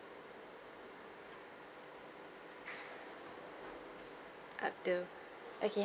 abdul okay